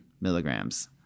milligrams